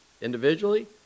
individually